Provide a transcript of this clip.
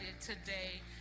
today